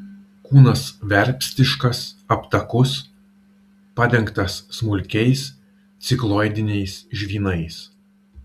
kūnas verpstiškas aptakus padengtas smulkiais cikloidiniais žvynais